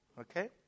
Okay